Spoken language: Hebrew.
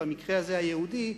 במקרה הזה היהודי,